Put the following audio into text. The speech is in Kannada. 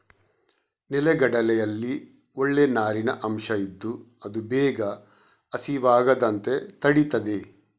ನೆಲಗಡಲೆಯಲ್ಲಿ ಒಳ್ಳೇ ನಾರಿನ ಅಂಶ ಇದ್ದು ಅದು ಬೇಗ ಹಸಿವಾಗದಂತೆ ತಡೀತದೆ